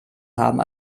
haben